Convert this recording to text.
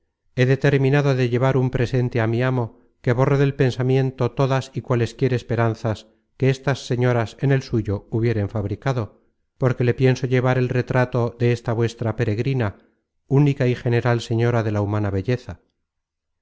he determinado de llevar un presente á mi amo que borre del pensamiento todas y cualesquier esperanzas que estas señoras en el suyo hubieren fabricado porque le pienso llevar el retrato de esta vuestra peregrina única y general señora de la humana belleza